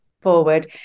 forward